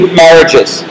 marriages